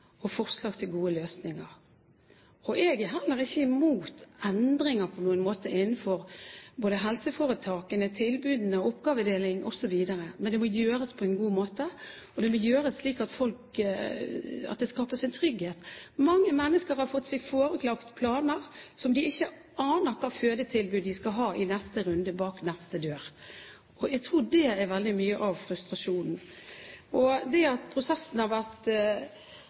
og forslag til gode løsninger. Jeg er heller ikke imot endringer på noen måte innenfor både helseforetakene, tilbudene og oppgavedeling osv., men det må gjøres på en god måte, og det må gjøres slik at det skapes trygghet. Mange mennesker har fått seg forelagt planer der de ikke aner hvilket fødetilbud de skal ha i neste runde, bak neste dør. Jeg tror det er veldig mye av frustrasjonen. Det at prosessen ikke har vært